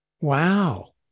Wow